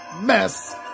mess